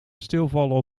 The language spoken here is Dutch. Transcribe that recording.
stilvallen